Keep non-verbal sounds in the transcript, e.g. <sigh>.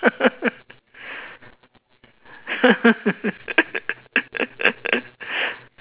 <laughs>